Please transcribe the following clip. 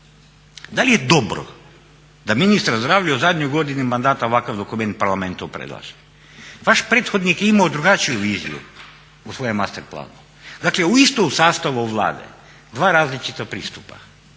da li je dobro da ministar zdravlja u zadnjoj godini mandata ovakav dokument Parlamentu predlaže. Vaš prethodnik je imao drugačiju viziju u svojem masterplanu, dakle isto u sastavu Vlade dva različita pristupa.